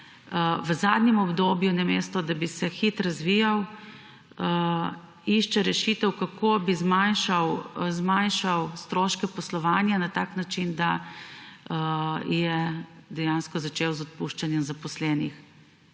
v zadnjem obdobju, namesto da bi se Hit razvijal, išče rešitev, kako bi zmanjšal stroške poslovanja na takšen način, da je dejansko začel z odpuščanjem zaposlenih.